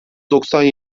doksan